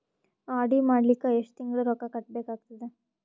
RD ಮಾಡಲಿಕ್ಕ ಎಷ್ಟು ತಿಂಗಳ ರೊಕ್ಕ ಕಟ್ಟಬೇಕಾಗತದ?